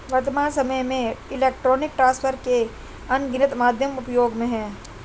वर्त्तमान सामय में इलेक्ट्रॉनिक ट्रांसफर के अनगिनत माध्यम उपयोग में हैं